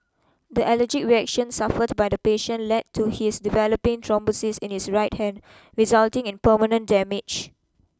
the allergic reaction suffered by the patient led to his developing thrombosis in his right hand resulting in permanent damage